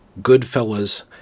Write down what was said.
Goodfellas